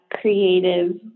creative